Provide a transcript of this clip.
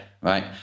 right